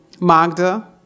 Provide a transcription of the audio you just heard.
Magda